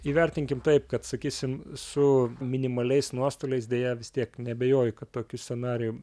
įvertinkim taip kad sakysim su minimaliais nuostoliais deja vis tiek neabejoju kad tokiu scenarijum